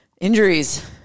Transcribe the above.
injuries